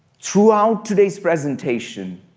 throughout today's presentation,